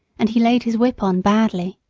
and he laid his whip on badly.